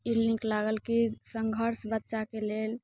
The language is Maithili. ई नीक लागल कि संघर्ष बच्चाके लेल